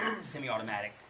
semi-automatic